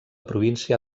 província